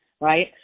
right